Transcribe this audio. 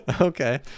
Okay